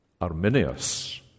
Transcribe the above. Arminius